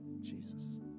Jesus